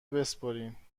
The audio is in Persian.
بسپرین